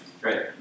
Great